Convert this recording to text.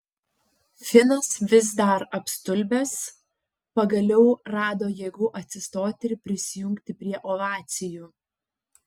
finas vis dar apstulbęs pagaliau rado jėgų atsistoti ir prisijungti prie ovacijų